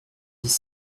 dix